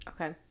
Okay